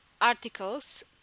articles